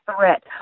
threat